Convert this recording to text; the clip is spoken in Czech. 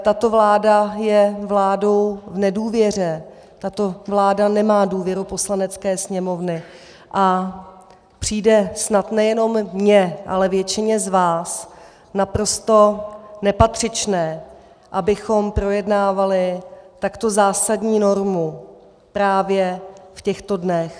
Tato vláda je vládou v nedůvěře, tato vláda nemá důvěru Poslanecké sněmovny a přijde snad nejenom mně, ale většině z vás naprosto nepatřičné, abychom projednávali takto zásadní normu právě v těchto dnech.